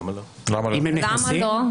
למה לא?